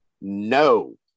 No